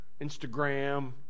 Instagram